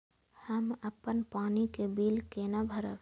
हम अपन पानी के बिल केना भरब?